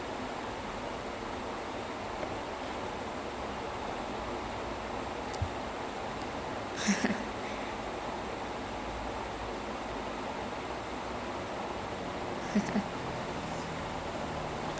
but ஆனா அந்த ஒரே:ana antha orae dialogue வச்சு:vachu full showing ஓட்டுவாங்க:ottuvaanga which is run barry run then I mean ah அம்மா அவனுக்கு ஒரு வேலைதான் மா இருக்கு அவன்னால வேற ஏதும் பண்ண முடியாது மா:amma avanukku oru velaithaan maa iruku avan nala vera ethum panna mudiyaathu maa he's not like this